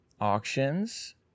auctions